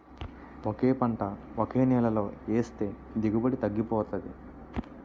ఒకే పంట ఒకే నేలలో ఏస్తే దిగుబడి తగ్గిపోతాది